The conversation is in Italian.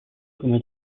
come